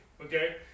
okay